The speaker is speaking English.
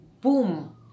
boom